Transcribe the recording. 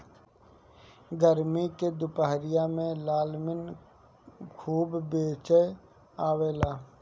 गरमी के दुपहरिया में लालमि खूब बेचाय आवेला